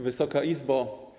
Wysoka Izbo!